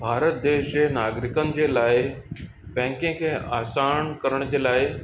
भारत देश जे नागरिकनि जे लाइ बैंकिंग खे आसान करण जे लाइ